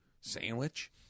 sandwich